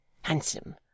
handsome